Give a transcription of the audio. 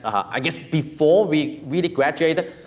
i guess, before we really graduated,